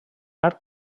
arc